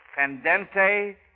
pendente